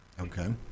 Okay